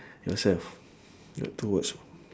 yourself your two words